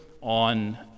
on